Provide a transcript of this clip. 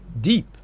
deep